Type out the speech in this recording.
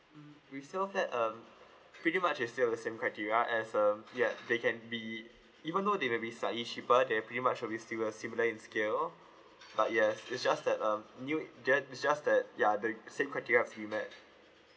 mm we still that um pretty much is still the same criteria as um yeah they can be even though they maybe slightly cheaper they're pretty much will be still a similar in scale but yes it's just that um new ju~ just that ya the same criteria of you met